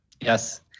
Yes